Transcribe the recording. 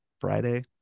Friday